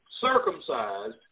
circumcised